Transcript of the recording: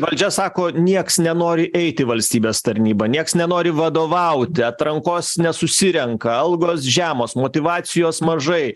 valdžia sako nieks nenori eit į valstybės tarnybą nieks nenori vadovauti atrankos nesusirenka algos žemos motyvacijos mažai